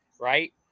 right